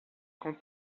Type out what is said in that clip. quand